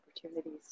opportunities